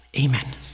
Amen